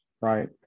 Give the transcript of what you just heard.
right